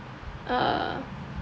uh